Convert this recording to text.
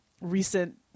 recent